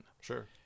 Sure